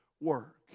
work